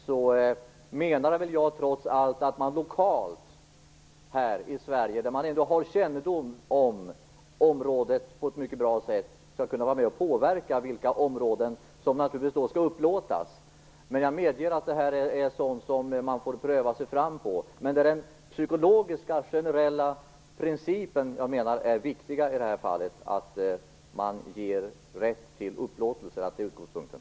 Jag menar att man trots allt, lokalt här i Sverige där man har kännedom om området på ett mycket bra sätt, skall kunna vara med och påverka vilka områden som skall upplåtas. Men jag medger att man får pröva sig fram här. Jag anser att den psykologiskt generella principen är viktig i det här fallet, dvs. att man ger rätt till upplåtelse. Det är utgångspunkten.